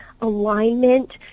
alignment